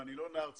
ואני לא נער צעיר,